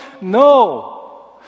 No